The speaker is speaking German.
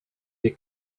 wir